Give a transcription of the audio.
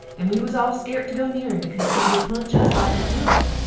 and we was all scart to go neer him because he wood punch us like the pilo,